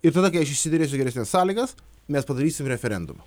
ir tada kai aš išsiderėsiu geresnes sąlygas mes padarysim referendumą